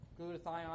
glutathione